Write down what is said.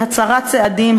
הצרת צעדים,